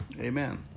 amen